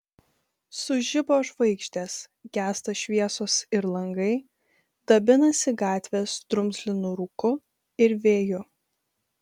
sužibo žvaigždės gęsta šviesos ir langai dabinasi gatvės drumzlinu rūku ir vėju